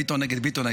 ביטון נגד ביטון,